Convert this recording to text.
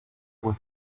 with